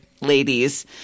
ladies